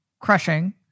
crushing